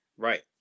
Right